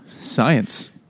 Science